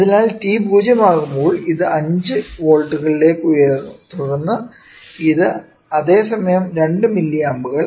അതിനാൽ t 0 ആകുമ്പോൾ ഇത് 5 വോൾട്ടുകളിലേക്ക് ഉയരുന്നു തുടർന്ന് ഇത് അതേ സമയം 2 മില്ലിയാമ്പുകൾ